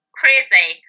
crazy